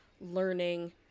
learning